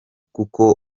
kuko